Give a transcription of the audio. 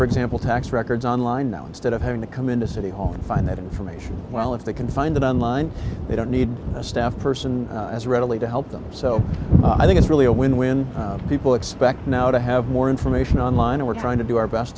for example tax records online now instead of having to come into city hall and find that information well if they can find it online they don't need a staff person as readily to help them so i think it's really a win win people expect now to have more information online we're trying to do our best